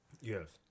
Yes